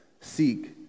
seek